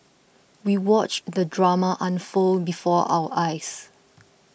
we watched the drama unfold before our eyes